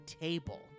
table